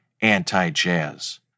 anti-jazz